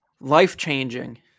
Life-changing